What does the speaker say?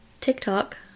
tiktok